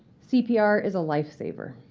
cpr is a lifesaver,